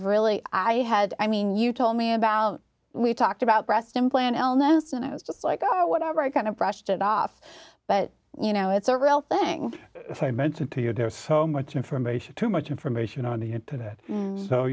really i had i mean you told me about we talked about breast implant almost and i was just like oh whatever i kind of brushed it off but you know it's a real thing i mentioned to you there's so much information too much information on the internet so